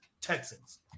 Texans